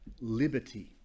liberty